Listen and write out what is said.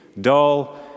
dull